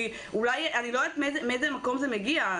אני לא יודעת מאיזה מקום זה מגיע.